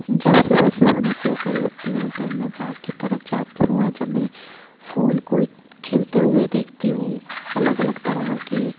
جب صبح صبح میں سو کر اٹھتی ہوں تب میں باغ کی طرف جاتی ہوں اور جب میں پھول کو کھلتے ہوئے دیکھتی ہوں الگ الگ طرح کے